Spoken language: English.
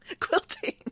quilting